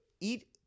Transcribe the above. eat